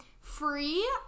free